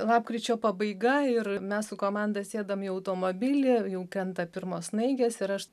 lapkričio pabaiga ir mes su komanda sėdam į automobilį jau krenta pirmos snaigės ir aš